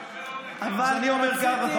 אז אני אומר ככה,